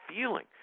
feeling